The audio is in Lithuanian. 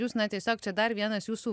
jūs na tiesiog čia dar vienas jūsų